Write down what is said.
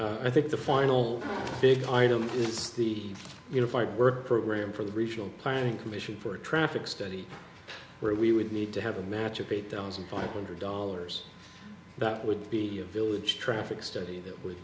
and i think the final big item is the unified work program for the regional planning commission for a traffic study where we would need to have a matchup eight thousand five hundred dollars that would be a village traffic study that would